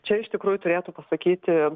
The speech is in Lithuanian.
čia iš tikrųjų turėtų pasakyti